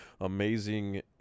amazing